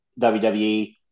WWE